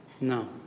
No